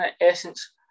essence